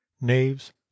knaves